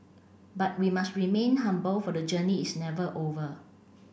but we must remain humble for the journey is never over